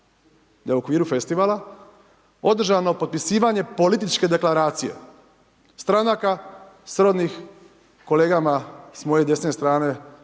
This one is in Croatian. da je u okviru festivala održano potpisivanje političke deklaracije stranaka, srodnih kolegama s moje desne strane